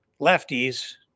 lefties